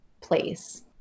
place